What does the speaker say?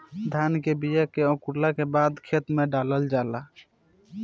धान के बिया के अंकुरला के बादे खेत में डालल जाला